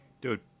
Dude